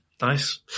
Nice